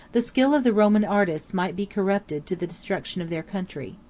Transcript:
the skill of the roman artists might be corrupted to the destruction of their country.